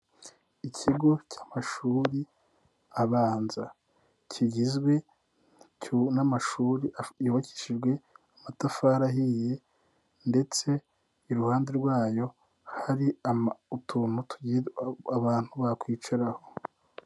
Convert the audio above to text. Ikigo cy'amashuri abanza kigizwe n'amashuri yubakishijwe amatafari ahiye ndetse iruhande rwayo hari utuntu abantu bakwicaraho.